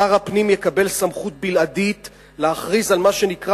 שר הפנים יקבל סמכות בלעדית להכריז על מה שנקרא